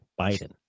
Biden